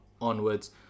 onwards